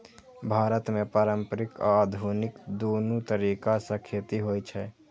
भारत मे पारंपरिक आ आधुनिक, दुनू तरीका सं खेती होइ छै